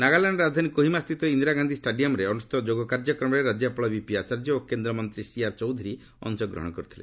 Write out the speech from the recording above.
ନାଗାଲାଣ୍ଡର ରାଜଧାନୀ କୋହିମା ସ୍ଥିତ ଇନ୍ଦିରା ଗାନ୍ଧି ଷ୍ଟାଡିୟମ୍ରେ ଅନୁଷ୍ଠିତ ଯୋଗ କାର୍ଯ୍ୟକ୍ରମରେ ରାଜ୍ୟପାଳ ବିପି ଆଚାର୍ଯ୍ୟ ଓ କେନ୍ଦ୍ର ମନ୍ତ୍ରୀ ସିଆର୍ ଚୌଧୁରୀ ଅଂଶଗ୍ରହଣ କରିଥିଲେ